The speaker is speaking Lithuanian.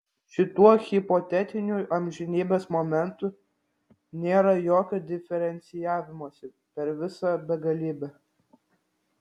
šituo hipotetiniu amžinybės momentu nėra jokio diferencijavimosi per visą begalybę